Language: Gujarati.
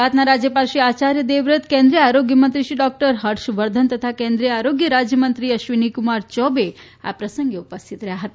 ગુજરાતના રાજ્યપાલશ્રી આચાર્ય દેવવ્રત કેન્રિનીય આરોગ્ય મંત્રી ડોકટર હર્ષવર્ધન તથા કેન્રિ ીય આરોગ્ય રાજ્યમંત્રી અશ્વીની કુમાર ચૌબે આ પ્રસંગે ઉપસ્થિત રહ્યા હતા